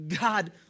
God